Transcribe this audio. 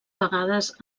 vegades